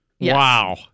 Wow